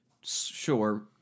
Sure